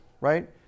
right